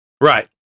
Right